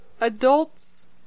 adults